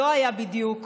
לא היה בדיוק